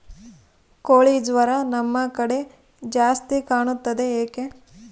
ಕೋಳಿ ಜ್ವರ ನಮ್ಮ ಕಡೆ ಜಾಸ್ತಿ ಕಾಣುತ್ತದೆ ಏಕೆ?